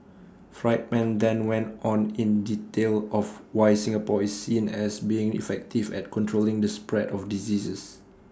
Friedman then went on in detail of why Singapore is seen as being effective at controlling the spread of diseases